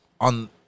On